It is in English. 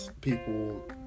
people